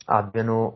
abbiano